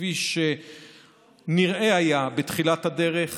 כפי שנראה היה בתחילת הדרך